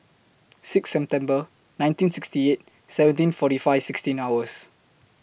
six September nineteen sixty eight seventeen forty five sixteen hours